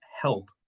help